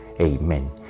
Amen